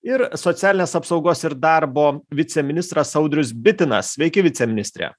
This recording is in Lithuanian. ir socialinės apsaugos ir darbo viceministras audrius bitinas sveiki viceministre